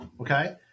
Okay